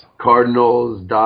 Cardinals